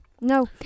No